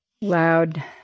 loud